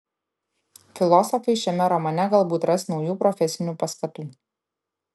filosofai šiame romane galbūt ras naujų profesinių paskatų